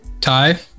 Ty